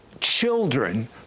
children